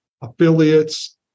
affiliates